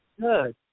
good